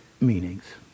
meanings